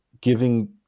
giving